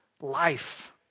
life